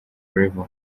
level